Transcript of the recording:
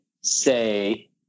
say